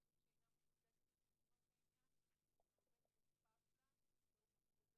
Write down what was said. בסדר וזה לא פוגע בתורת